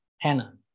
Hannah